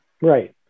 Right